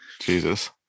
Jesus